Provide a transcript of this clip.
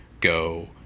go